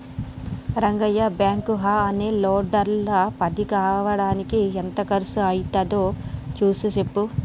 Rangayya backhoe అనే లోడర్ల పది కావాలిదానికి ఎంత కర్సు అవ్వుతాదో సూసి సెప్పు